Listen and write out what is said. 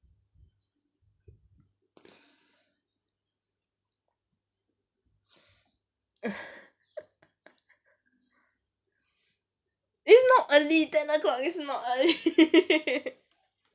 it's not early ten o'clock is not early